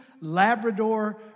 Labrador